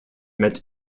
met